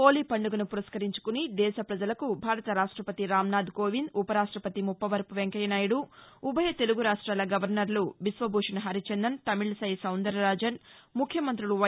హోలీ పండుగను పురస్కరించుకుని దేశ ప్రజలకు భారత రాష్టపతి రాంనాథ్ కోవింద్ ఉపరాష్టపతి ముప్పవరపు వెంకయ్య నాయుడు ఉభయ తెలుగు రాష్ట్రాల గవర్నర్లు బిశ్వభూషణ్ హరిచందన్ తమిళ సై సౌందర రాజన్ ముఖ్యమంతులు వై